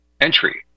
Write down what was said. entry